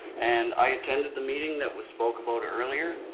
and i attended the meeting that was spoke about earlier.